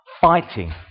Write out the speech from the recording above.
fighting